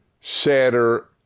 sadder